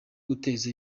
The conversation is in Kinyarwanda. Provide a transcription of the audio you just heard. uguteza